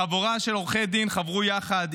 חבורה של עורכי דין חברו יחד,